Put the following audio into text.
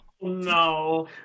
No